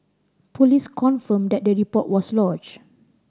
police confirmed that the report was lodged